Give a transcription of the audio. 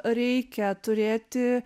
reikia turėti